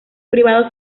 privado